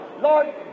Lord